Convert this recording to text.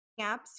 apps